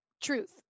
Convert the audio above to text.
truth